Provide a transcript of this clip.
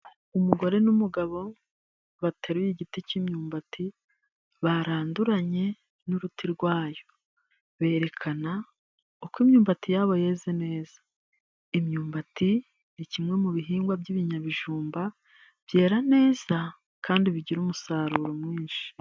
Umugore n'umugabo batameruye igiti cy'imyumbati, baranduranye n'uruti rwayo. Berekana uko imyumbati yabo yeze neza. Imyumbati ni kimwe mu bihingwa by'ibinyabijumba, byera neza kandi bigira umusaruro mwinshi.